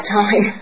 time